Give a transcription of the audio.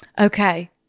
Okay